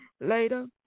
Later